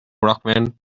brockman